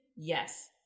Yes